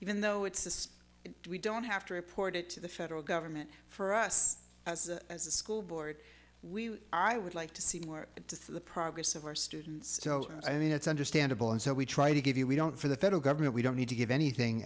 even though it's we don't have to report it to the federal government for us as a school board i would like to see more into the progress of our students i mean it's understandable and so we try to give you we don't for the federal government we don't need to give anything